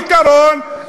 מה הפתרון?